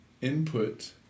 input